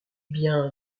bien